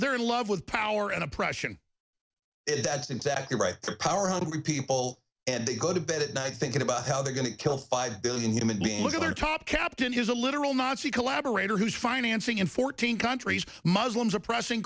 there in love with power and oppression that's exactly right for power hungry people and they go to bed at night thinking about how they're going to kill five billion human beings who are top captain here's a literal nazi collaborator who's financing in fourteen countries muslims oppressing